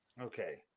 Okay